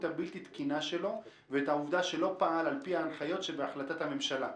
הבלתי תקינה שלו ואת העובדה שלא פעל על פי ההנחיות שבהחלטת הממשלה.